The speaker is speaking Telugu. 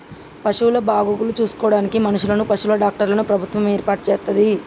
పశువుల బాగోగులు చూసుకోడానికి మనుషులను, పశువుల డాక్టర్లను ప్రభుత్వం ఏర్పాటు చేస్తది